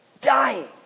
dying